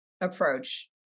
approach